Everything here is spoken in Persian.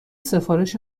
سفارش